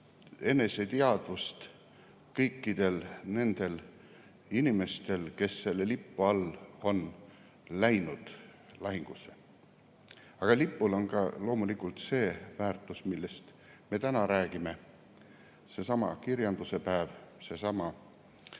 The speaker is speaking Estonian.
eneseteadvust kõikidel nendel inimestel, kes selle lipu all on läinud lahingusse. Aga lipul on loomulikult ka see väärtus, millest me täna räägime – seesama kirjanduse päev, seesama